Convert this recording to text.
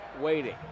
waiting